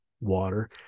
water